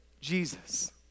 Jesus